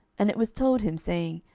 and it was told him, saying,